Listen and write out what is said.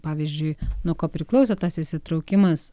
pavyzdžiui nuo ko priklauso tas įsitraukimas